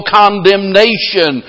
condemnation